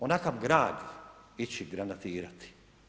Onakav grad ići granatirati.